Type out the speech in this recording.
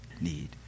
need